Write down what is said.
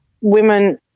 women